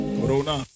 Corona